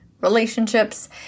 relationships